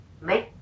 make